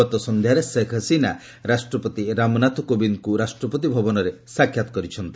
ଗତ ସନ୍ଧ୍ୟାରେ ସେଖ୍ ହସିନା ରାଷ୍ଟ୍ରପତି ରାମନାଥ କୋବିନ୍ଦଙ୍କୁ ରାଷ୍ଟ୍ରପତି ଭବନରେ ସାକ୍ଷାତ୍ କରିଛନ୍ତି